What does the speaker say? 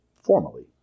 formally